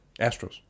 Astros